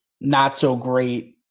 not-so-great